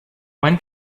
when